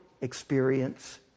experience